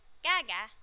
Gaga